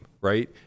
right